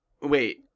Wait